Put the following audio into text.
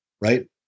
right